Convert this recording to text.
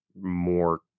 more